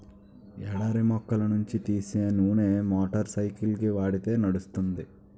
ఎడారి మొక్కల నుంచి తీసే నూనె మోటార్ సైకిల్కి వాడితే నడుస్తుంది